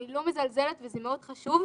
שאני לא מזלזלת וזה מאוד חשוב,